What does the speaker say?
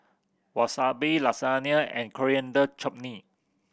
Wasabi Lasagne and Coriander Chutney